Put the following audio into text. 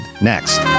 next